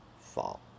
fall